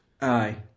Aye